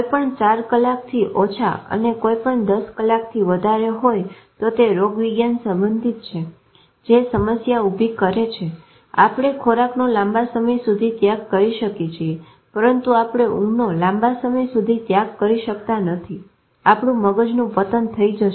કંઈપણ 4 કલાક થી ઓછા અને કંઈપણ 10 કલાક થી વધારે હોય તો તે રોગવીજ્ઞાન સંબંધિત છે જે સમસ્યા ઊભી કરે છે આપણે ખોરાકનો લાંબા સમય સુધી ત્યાગ કરી શકી છીએ પરંતુ આપણે ઊંઘનો લાંબા સમય સુધી ત્યાગ કરી શકતા નથી આપડું મગજનું પતન થઇ જશે